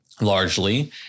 Largely